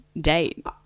date